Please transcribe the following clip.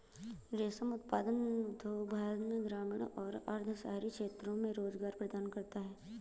रेशम उत्पादन उद्योग भारत में ग्रामीण और अर्ध शहरी क्षेत्रों में रोजगार प्रदान करता है